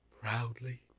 proudly